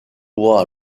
voit